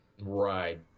right